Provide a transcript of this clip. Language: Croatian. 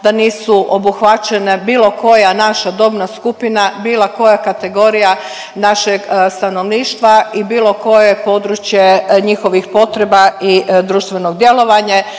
da nisu obuhvaćene bilo koja naša dobna skupina, bilo koja kategorija našeg stanovništva i bilo koje područje njihovih potreba i društvenog djelovanja.